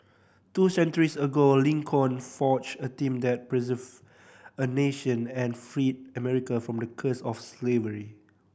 two centuries ago Lincoln forged a team that a nation and freed America from the curse of slavery